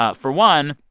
ah for one,